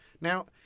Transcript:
now